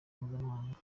mpuzamahanga